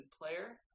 player